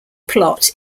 plot